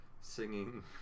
singing